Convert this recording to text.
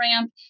ramp